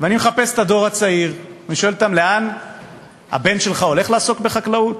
ומחפש את הדור הצעיר ושואל אותם: הבן שלך הולך לעסוק בחקלאות?